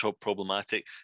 problematic